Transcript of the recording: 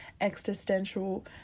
existential